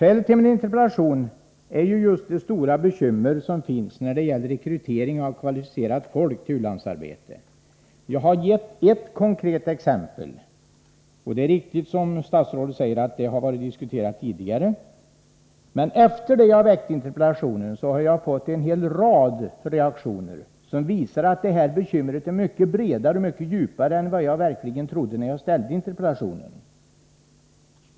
Skälet till min interpellation är det stora bekymret när det gäller rekryteringen av kvalificerat folk till u-landsarbete. Jag har gett ett konkret exempel på detta. Det är riktigt, som statsrådet säger, att saken har diskuterats tidigare. Men efter det att jag framställde interpellationen har jag fått en mängd reaktioner, som visar att problemet är mycket mer omfattande och ligger mycket djupare än jag trodde.